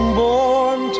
born